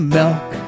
milk